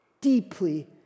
deeply